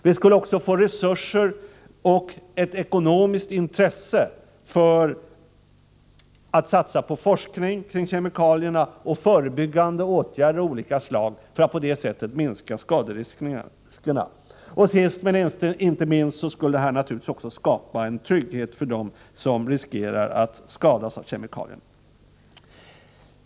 Vi skulle få resurser och ett ekonomiskt intresse för satsning på forskning om kemikalierna och på förebyggande åtgärder av olika slag för att på det sättet kunna minska skaderiskerna. Sist men inte minst skulle detta naturligtvis också skapa en trygghet för dem som riskerar att skadas av kemikalier.